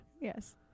Yes